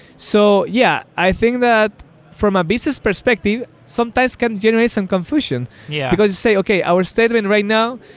so yeah. i think that from a business perspective sometimes can generate some confusion, yeah because you say, okay. our statement right now,